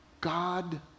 God